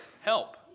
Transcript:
help